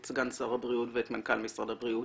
את סגן שר הבריאות ואת מנכ"ל משרד הבריאות,